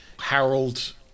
Harold